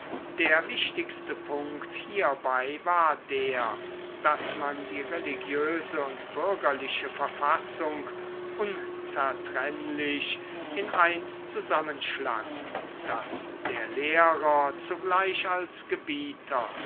der wichtigste punkt hierbei war der daß man die religiöse und bürgerliche verfassung unzertrennlich in eins zusammenschlang daß der lehrer zugleich als gebieter